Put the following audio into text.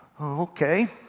okay